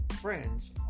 friends